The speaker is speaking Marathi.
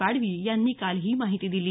पाडवी यांनी काल ही माहिती दिली